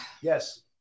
yes